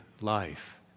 life